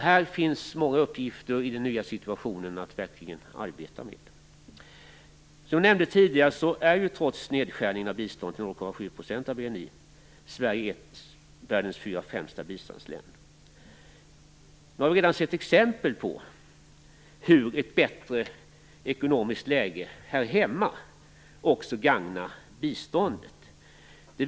Det finns alltså i den nya situationen många uppgifter att arbeta med. Som jag nämnde tidigare är Sverige, trots nedskärningen av biståndet till 0,7 % av BNI, ett av världens fyra främsta biståndsgivarländer. Vi har redan sett exempel på hur ett bättre ekonomiskt läge här hemma också gagnar biståndet.